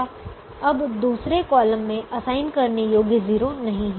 अब दूसरे कॉलम में असाइन करने योग्य 0 नहीं है